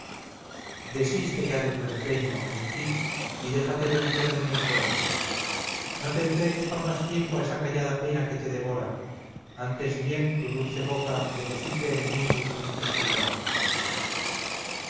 desiste ya de tu empeño en fin y déjate vencer de mis ruegos no te entregues por más tiempo a esa callada pena que te devora antes bien tu dulce boca deposite en mí tus tristes cuidados